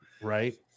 Right